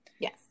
Yes